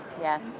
yes